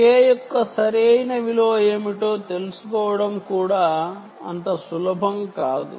K యొక్క సరైన విలువ ఏమిటో తెలుసుకోవడం కూడా అంత సులభం కాదు